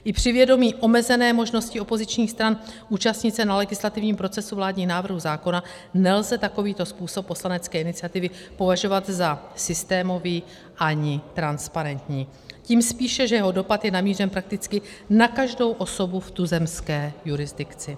I při vědomí omezené možnosti opozičních stran účastnit se na legislativním procesu vládních návrhů zákona nelze takovýto způsob poslanecké iniciativy považovat za systémový ani transparentní, tím spíše, že jeho dopad je namířen prakticky na každou osobu v tuzemské jurisdikci.